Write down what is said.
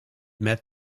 met